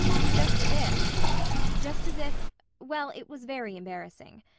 just as if just as if well, it was very embarrassing.